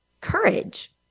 courage